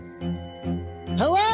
Hello